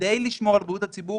כדי לשמור על בריאות הציבור.